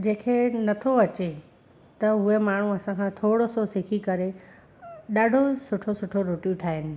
जेके नथो अचे त उहा माण्हू असांखां थोरो सो सिखी करे ॾाढो सुठो सुठो रोटियूं ठाहिनि